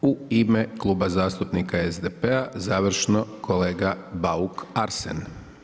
I u ime Kluba zastupnika SDP-a završno kolega Bauk Arsen.